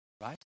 right